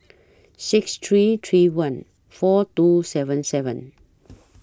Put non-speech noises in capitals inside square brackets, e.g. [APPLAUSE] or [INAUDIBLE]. six three three one four two seven seven [NOISE]